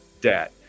debt